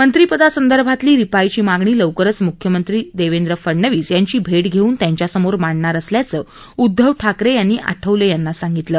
मंत्रिपदासंदर्भातली रिपाईची मागणी लवकरच म्ख्यमंत्री देवेंद्र फडणवीस यांची भेट घेऊन त्यांचासमोर मांडणार असल्याचं उद्धव ठाकरे यांनी आठवले यांना सांगितलं